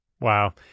Wow